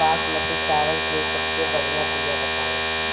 बासमती चावल के सबसे बढ़िया बिया बताई?